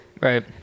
right